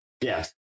Yes